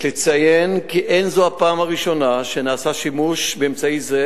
יש לציין כי אין זו הפעם הראשונה שנעשה שימוש באמצעי זה.